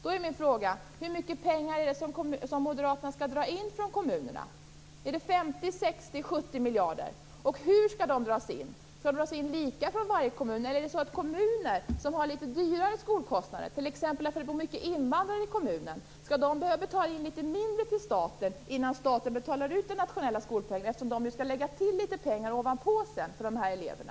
Då är min fråga: Hur mycket pengar skall moderaterna dra in från kommunerna? Är det 50, 60 eller 70 miljarder? Hur skall de dras in? Skall de dras in lika från varje kommun? Eller skall kommuner som har dyrare skolkostnader, t.ex. därför att det bor många invandrare där, betala in mindre till staten innan den betalar ut den nationella skolpengen eftersom de nu skall lägga till pengar ovanpå för dessa elever?